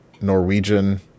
Norwegian